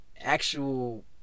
actual